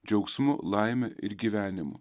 džiaugsmu laime ir gyvenimu